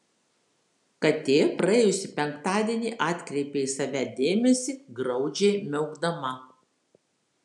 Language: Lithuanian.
katė praėjusį penktadienį atkreipė į save dėmesį graudžiai miaukdama